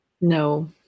No